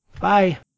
Bye